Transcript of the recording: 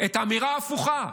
האמירה ההפוכה,